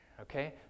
Okay